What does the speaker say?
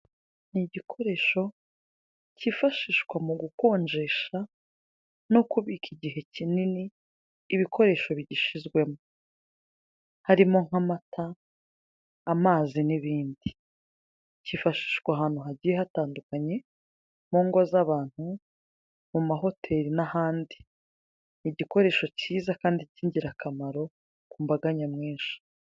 Ni igikoresho cyifashishwa mu gukonjesha no kubika igihe kinini ibikoresho bigishyizwemo, harimo nk'amata amazi n'ibindi. Kifashishwa ahantu hagiye hatandukanye, mu ngo z'abantu, mu mahoteli n'ahandi. Ni igikoresho cyiza kandi cy'ingirakamaro ku mbaga nyamwinshi.